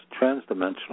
transdimensional